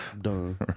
done